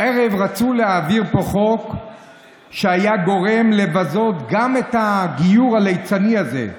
הערב רצו להעביר פה חוק שהיה גורם לבזות גם את הגיור הליצני הזה,